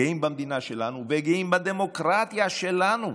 גאים במדינה שלנו וגאים בדמוקרטיה שלנו.